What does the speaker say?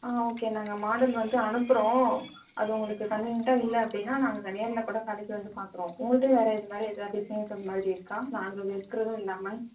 ஆ okay நாங்கள் model வந்து அனுப்புகிறோம் அது உங்களுக்குக் கன்வீனியன்ட்டாக இல்லை அப்படினா நாங்கள் அதை நேரில் கூட கடைக்கு வந்து பாக்குறோம் உங்கள்ட்ட வேறு இதுமாதிரி எதா டிசைன்ஸ் அது மாதிரி இருக்கா நாங்கள் இருக்கிறதும் இல்லாமல்